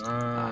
ah